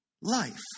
life